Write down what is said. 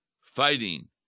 fighting